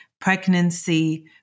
pregnancy